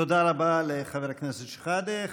תודה רבה לחבר הכנסת שחאדה.